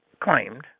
claimed